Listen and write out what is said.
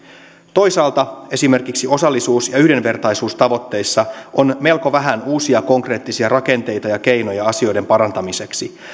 toisaalta esimerkiksi osallisuus ja yhdenvertaisuustavoitteissa on melko vähän uusia konkreettisia rakenteita ja keinoja asioiden parantamiseksi